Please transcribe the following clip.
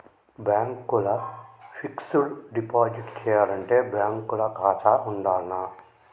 Bank ల fixed deposit చేయాలంటే bank ల ఖాతా ఉండాల్నా?